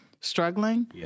struggling